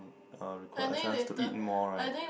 uh requires us to eat more right